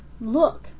look